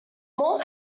more